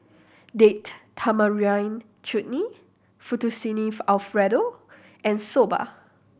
Date Tamarind Chutney Fettuccine Alfredo and Soba